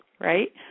right